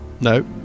No